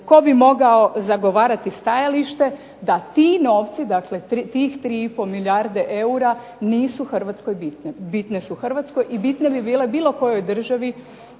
tko bi mogao zagovarati stajalište da ti novci, dakle tih 3,5 milijarde eura nisu Hrvatskoj bitne. Bitne su Hrvatskoj i bitne bi bile bilo kojoj državi